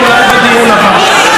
אולי בדיון הבא.